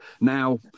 Now